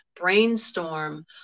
brainstorm